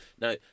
Now